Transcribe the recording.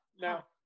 Now